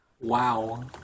Wow